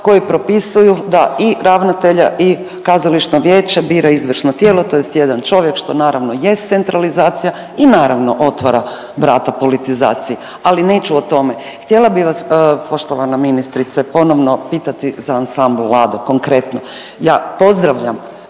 koji propisuju da i ravnatelja i kazališno vijeće bira izvršno tijelo, tj. jedan čovjek što naravno jest centralizacija i naravno otvara vrata politizaciji. Ali neću o tome. Htjela bih vas poštovana ministrice ponovno pitati sa ansambl Lado konkretno. Ja pozdravljam